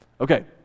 Okay